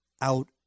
out